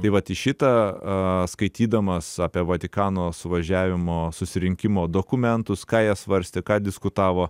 tai vat į šitą skaitydamas apie vatikano suvažiavimo susirinkimo dokumentus ką jie svarstė ką diskutavo